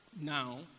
Now